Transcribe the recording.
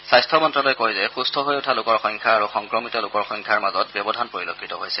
স্বাস্থ্য মন্ত্যালয়ে কয় যে সুস্থ হৈ উঠা লোকৰ সংখ্যা আৰু সংক্ৰমিত লোকৰ সংখ্যাৰ মাজত যথেষ্ট ব্যৱধান পৰিলক্ষিত হৈছে